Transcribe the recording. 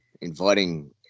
inviting